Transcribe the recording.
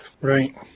Right